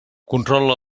controla